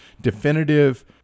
definitive